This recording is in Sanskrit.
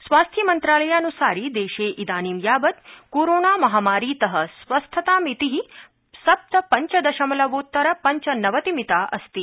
स्वास्थ्यमंत्रालयानुसारि देशे इदानीं कोरोना महामारीत स्वस्थतामिति सप्तपंचदशमलवोत्तर पंचनवतिमिता अस्ति